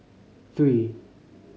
three